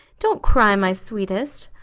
don't cry, my sweetest.